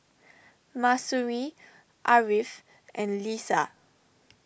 Mahsuri Ariff and Lisa